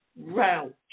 route